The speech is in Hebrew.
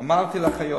אמרתי על אחיות.